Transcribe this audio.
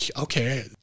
okay